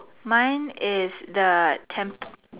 mine is the